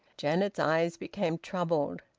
janet's eyes became troubled.